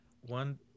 One